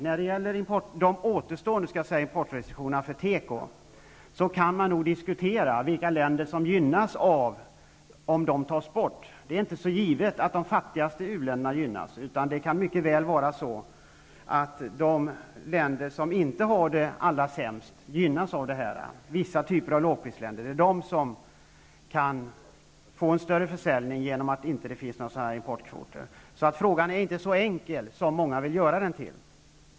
När det gäller de återstående importrestriktionerna för teko kan man nog diskutera vilka länder som gynnas om dessa restriktioner tas bort. Det är inte helt givet att det är de fattigaste länderna som gynnas. Det kan mycket väl kan vara så att de länder som inte har det som allra sämst gynnas. Det kan gälla vissa andra typer av lågprisländer som kan få en större försäljning genom att det inte finns importkvoter. Frågan är alltså inte så enkel som många vill göra den till.